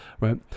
right